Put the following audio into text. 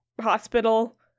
hospital